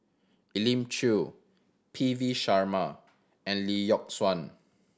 Elim Chew P V Sharma and Lee Yock Suan